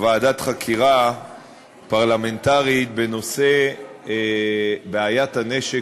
ועדת חקירה פרלמנטרית בנושא בעיית הנשק